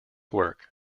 work